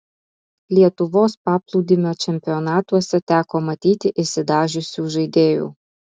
lietuvos paplūdimio čempionatuose teko matyti išsidažiusių žaidėjų